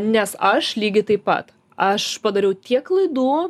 nes aš lygiai taip pat aš padariau tiek klaidų